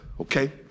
okay